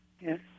Yes